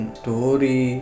story